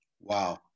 Wow